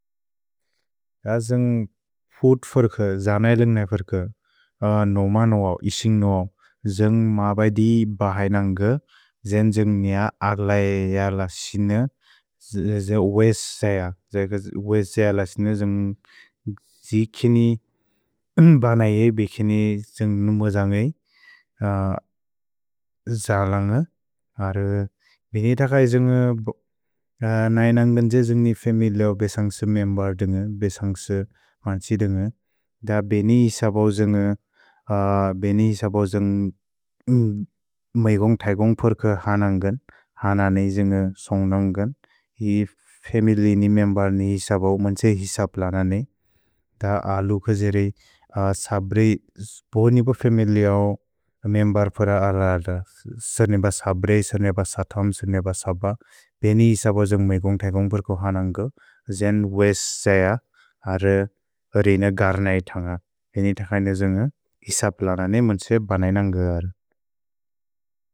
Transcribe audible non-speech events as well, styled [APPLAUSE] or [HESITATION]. जन्ग् फुत् फर्क, जनैलन्ग् न फर्क, नोमनोवव्, इशिन्ग्नोवव्, जन्ग् मबदि बहैनन्ग, जेन् जन्ग् निअ अग्लय लक्सिन, जन्ग् [HESITATION] वेसय लक्सिन, जन्ग् जिकिनि न्बनये बिकिनि, जन्ग् नुमजन्गय् जलन्ग। आर् बेनि तकय् जन्ग् नैनन्ग, न्जे जन्ग् निअ फेमिलिअओ बेसन्ग्स मेम्बर् दुन्ग, बेसन्ग्स मन्त्सि दुन्ग, द बेनि हिसपव् जन्ग्, बेनि हिसपव् जन्ग् [HESITATION] मैकोन्ग् थैकोन्ग् फर्क हनन्ग्गन्। हननेइ जन्ग् सोन्ग्नन्ग्गन्, ही फेमिलिअओ नि मेम्बर् नि हिसपव् मन्त्से हिसप् लनने, द अलु खुजिरि सब्रि, बोनिब फेमिलिअओ मेम्बर् फुर अलद, सर्निब सब्रि, सर्निब सथोम्, सर्निब सब्ब, बेनि हिसपव् जन्ग् मैकोन्ग् थैकोन्ग् फर्क हनन्ग्ग। जेन् वेसय अर् रेइन गर्नै थन्ग, बेनि तकय् न जन्ग् हिसप् लनने मन्त्से बनय्नन्गगर्।